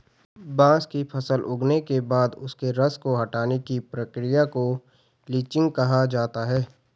बांस की फसल उगने के बाद उसके रस को हटाने की प्रक्रिया को लीचिंग कहा जाता है